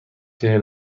چهل